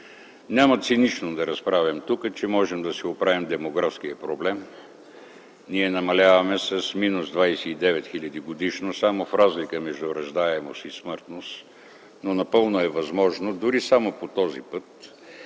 Няма цинично да разправям тук, че можем да си оправим демографския проблем. Ние намаляваме с минус 29 хиляди годишно, само в разлика между раждаемост и смъртност, но напълно е възможно, дори само по този път,